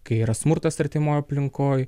kai yra smurtas artimoj aplinkoj